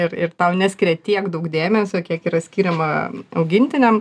ir ir tau neskiria tiek daug dėmesio kiek yra skiriama augintiniam